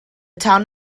town